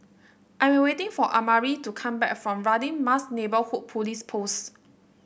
I am waiting for Amari to come back from Radin Mas Neighbourhood Police Post